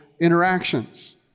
interactions